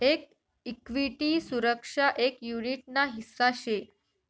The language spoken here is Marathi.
एक इक्विटी सुरक्षा एक युनीट ना हिस्सा शे